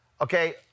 Okay